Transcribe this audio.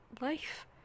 life